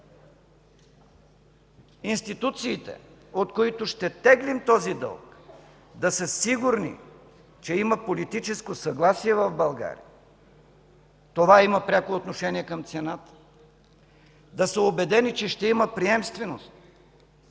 институциите, от които ще теглим този дълг, да са сигурни, че има политическо съгласие в България. Това има пряко отношение към цената. Да са убедени, че ще има приемственост.